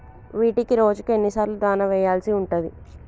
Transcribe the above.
వీటికి రోజుకు ఎన్ని సార్లు దాణా వెయ్యాల్సి ఉంటది?